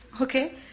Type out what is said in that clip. Okay